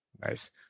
Nice